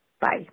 Bye